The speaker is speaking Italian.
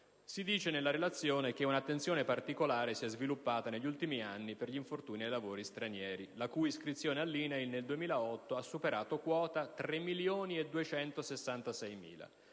Si dice nella relazione che «un'attenzione particolare si è sviluppata negli ultimi anni per gli infortuni ai lavoratori stranieri, le cui iscrizioni all'INAIL nel 2008 hanno superato quota 3.266.000: